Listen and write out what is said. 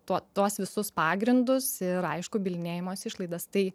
tuo tuos visus pagrindus ir aišku bylinėjimosi išlaidas tai